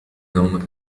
أمك